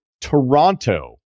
Toronto